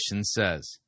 says